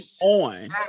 on